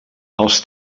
els